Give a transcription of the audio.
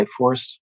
Lightforce